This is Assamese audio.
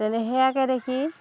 তেনে সেয়াকে দেখি